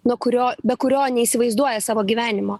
nuo kurio be kurio neįsivaizduoja savo gyvenimo